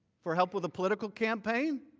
for helping with a political campaign